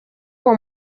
uwo